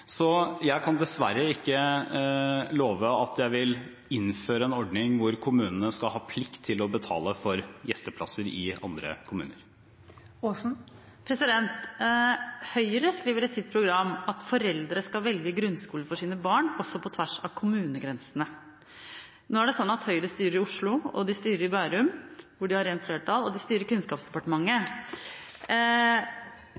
Jeg kan dessverre ikke love at jeg vil innføre en ordning hvor kommunene skal ha plikt til å betale for gjesteplasser i andre kommuner. Høyre skriver i sitt program at foreldre kan velge grunnskole for sine barn, også på tvers av kommunegrensene. Nå er det slik at Høyre styrer i Oslo, de styrer i Bærum, hvor de har rent flertall, og de styrer Kunnskapsdepartementet.